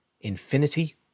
Infinity